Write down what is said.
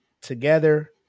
together